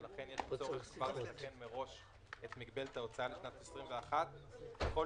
ולכן יש צורך כבר לתקן מראש את מגבלת ההוצאה לשנת 21'. ככל